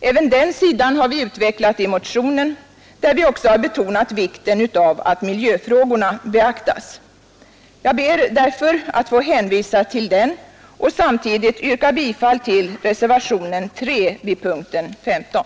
Även den sidan har vi utvecklat i motionen, där vi också betonat vikten av att miljöfrågorna beaktas. Jag ber därför att få hänvisa till den och samtidigt yrka bifall till reservationen 3 vid punkten 15.